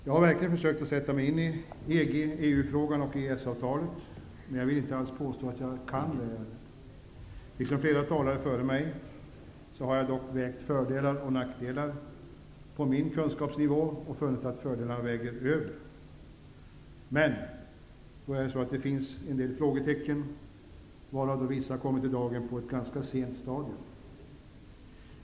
Jag har verkligen försökt att sätta mig in i EG-EU frågan och EES-avtalet, men jag vill inte alls påstå att jag kan det. Liksom flera talare före mig har jag vägt fördelar och nackdelar på min kunskapsnivå och funnit att fördelarna väger över. Men det finns en del frågetecken, varav vissa kommit i dagen på ett ganska sent stadium.